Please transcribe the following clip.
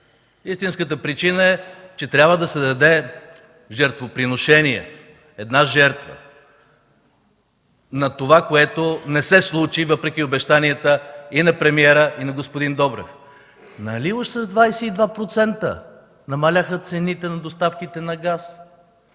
Истинската причина е, че трябва да се даде жертвоприношение – една жертва за това, което не се случи, въпреки обещанията и на премиера, и на господин Добрев. Нали уж с 22% намаляха цените на доставките на газ?